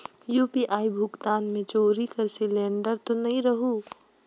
UPI भुगतान मे चोरी कर सिलिंडर तो नइ रहु?